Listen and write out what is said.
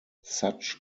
such